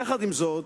יחד עם זאת,